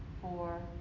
four